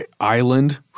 island